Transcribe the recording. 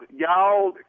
y'all